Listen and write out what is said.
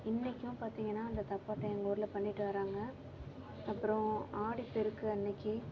இன்றைக்கும் பார்த்திங்கன்னா அந்த தப்பாட்டம் எங்கள் ஊர்ல பண்ணிட்டு வராங்கள் அப்புறோம் ஆடிப்பெருக்கு அன்றைக்கி